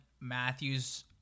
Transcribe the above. Matthew's